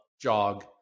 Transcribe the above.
jog